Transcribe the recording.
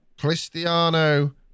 Cristiano